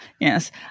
yes